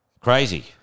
Crazy